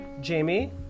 jamie